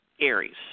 Aries